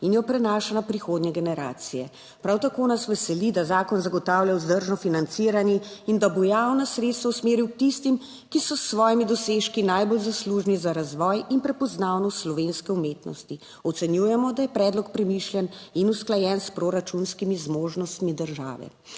in jo prenaša na prihodnje generacije. Prav tako nas veseli, da zakon zagotavlja vzdržno financiranje in da bo javna sredstva usmeril k tistim, ki so s svojimi dosežki najbolj zaslužni za razvoj in prepoznavnost slovenske umetnosti. Ocenjujemo, da je predlog premišljen in usklajen s proračunskimi zmožnostmi države.